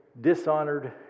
dishonored